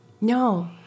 No